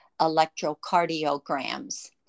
electrocardiograms